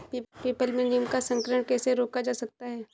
People में नीम का संकरण कैसे रोका जा सकता है?